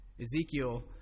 Ezekiel